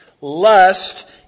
Lust